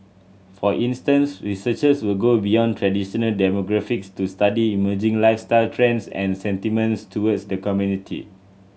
for instance researchers will go beyond traditional demographics to study emerging lifestyle trends and sentiments towards the community